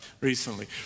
recently